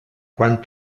quan